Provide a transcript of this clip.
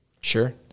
Sure